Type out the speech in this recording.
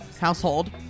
household